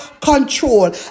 control